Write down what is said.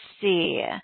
see